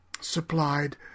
supplied